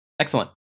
excellent